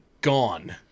gone